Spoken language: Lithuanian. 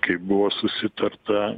kaip buvo susitarta